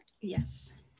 Yes